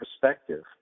perspective